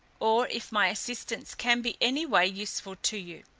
or if my assistance can be any way useful to you.